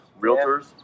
realtors